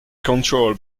controlled